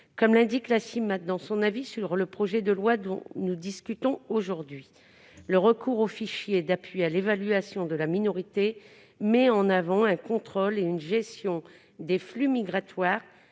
Comme l'indique la Cimade dans son avis sur le projet de loi que nous discutons aujourd'hui, le recours au fichier d'appui à l'évaluation de la minorité « met en avant un contrôle et une gestion des flux migratoires